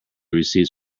receipts